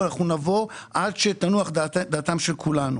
אנחנו נבוא עד שתנוח דעתם של כולם.